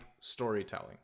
storytelling